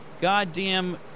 goddamn